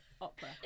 opera